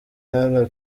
hano